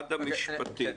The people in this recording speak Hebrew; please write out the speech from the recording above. המעמד המשפטי.